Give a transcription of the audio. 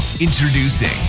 introducing